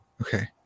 Okay